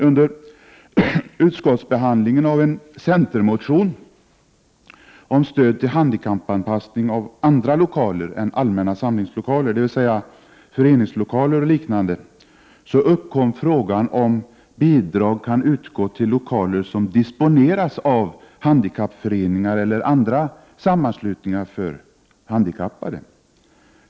Under utskottsbehandlingen av en centermotion om stöd till handikappanpassning av andra lokaler än allmänna samlingslokaler, dvs. föreningslokaler och liknande, uppkom frågan om bidrag kan utgå till lokaler som disponeras av handikappföreningar eller andra sammanslutningar av handikappade.